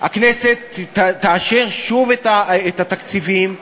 הכנסת תאשר שוב את התקציבים,